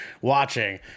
watching